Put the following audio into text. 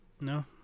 No